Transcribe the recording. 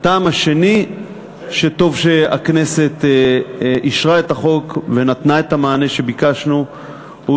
הטעם השני שטוב שהכנסת אישרה את החוק ונתנה את המענה שביקשנו הוא